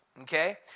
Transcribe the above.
okay